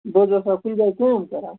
بہٕ حظ آسہٕ ہہ کُنہِ جایہِ کٲم کران